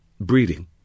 Breeding